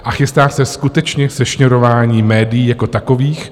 A chystá se skutečně sešněrování médií jako takových.